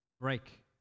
Break